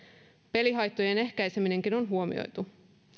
pelihaittojen ehkäiseminenkin on huomioitu